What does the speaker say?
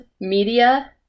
media